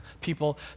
People